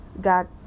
Got